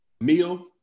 meal